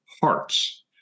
hearts